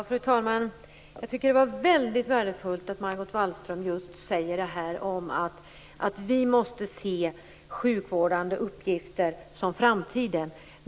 Fru talman! Jag tycker att det var väldigt värdefullt att Margot Wallström sade att vi måste se sjukvårdande uppgifter som framtidsuppgifter.